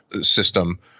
system